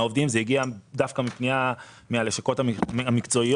העובדים זה הגיע דווקא מפנייה של הלשכות המקצועיות.